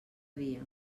dia